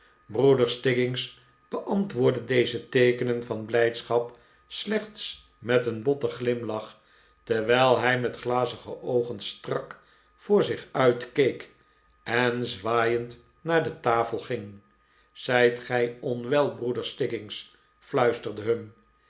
broeder stiggins beantwoordde deze teekenen van blijdschap slechts met een botten glimlach terwijl hij met glazige oogen strak voor zich uit keek en zwaaiend naar de tafel ging zijt gij onwel broeder stiggins fluisterde humm